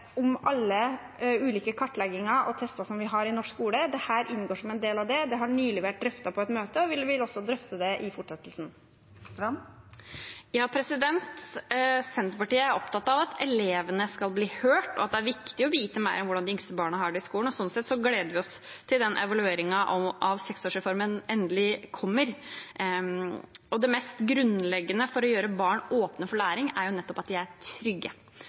om alle ulike kartlegginger og tester som vi har i norsk skole. Dette inngår som en del av det. Det har nylig vært drøftet på et møte, og vi vil også drøfte det i fortsettelsen. Senterpartiet er opptatt av at elevene skal bli hørt, og at det er viktig å vite mer om hvordan de yngste barna har det i skolen. Sånn sett gleder vi oss til at evalueringen av seksårsreformen endelig kommer. Det mest grunnleggende for å gjøre barn åpne for læring, er nettopp at de er trygge.